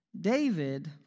David